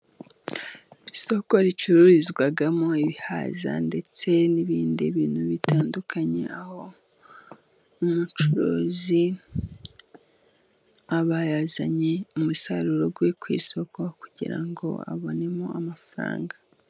Isoko ricururizwamo ibihaza ndetse n'ibindi bintu bitandukanye， aho umucuruzi aba yazanye umusaruro we ku isoko， kugira ngo abonemo amafaranga.